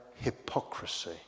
hypocrisy